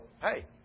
hey